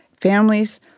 Families